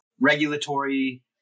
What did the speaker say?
regulatory